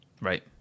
Right